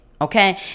okay